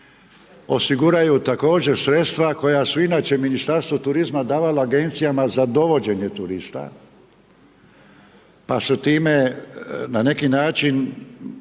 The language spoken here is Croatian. osiguraju također sredstva koja su inače Ministarstvu turizma davala agencijama za dovođenje turista pa su time na neki način